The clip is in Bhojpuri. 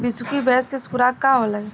बिसुखी भैंस के खुराक का होखे?